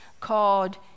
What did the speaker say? called